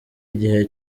igihe